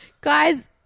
guys